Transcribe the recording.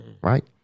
Right